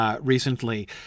recently